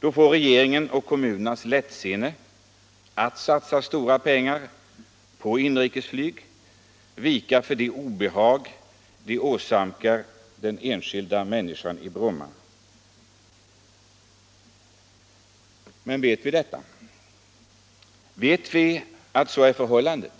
Då får regeringens och kommunernas lättsinne att satsa stora pengar på inrikesflyg vika för det obehag det åsamkar den enskilda människan i Bromma. Men vet vi detta? Vet vi att så är förhållandet?